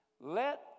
let